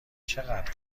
چقدر